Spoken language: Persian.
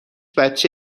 بچه